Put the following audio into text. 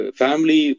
family